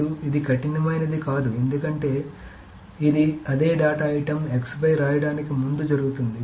ఇప్పుడు ఇది కఠినమైనది కాదు ఎందుకంటే ఇది అదే డేటా ఐటెమ్ x పై రాయడానికి ముందు జరుగుతుంది